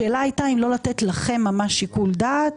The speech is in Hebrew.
השאלה הייתה אם לא לתת לכם ממש שיקול דעת